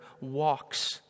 walks